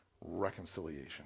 reconciliation